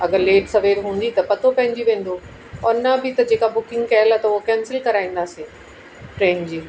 अगरि लेट सवेर हूंदी त पतो पंहिंजी वेंदो और न बि त जेका बुकिंग कयल आहे त उहो कैंसिल कराईंदासीं ट्रेन जी